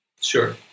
Sure